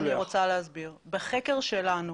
בחקר שלנו